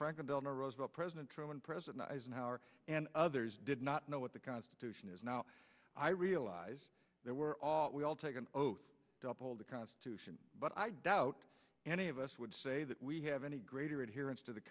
franklin delano roosevelt president truman president eisenhower and others did not know what the constitution is now i realize they were all we all take an oath to uphold the constitution but i doubt any of us would say that we have any greater adherence to the